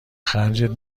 خرجت